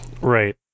Right